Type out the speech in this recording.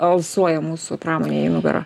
alsuoja mūsų pramonei į nugarą